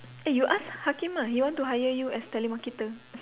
eh you ask Hakim ah he wants to hire you as telemarketer